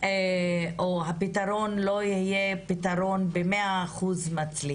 זה שהפתרון לא יהיה פתרון שיצליח במאת האחוזים.